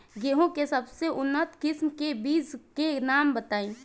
गेहूं के सबसे उन्नत किस्म के बिज के नाम बताई?